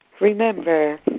Remember